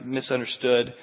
misunderstood